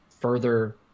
further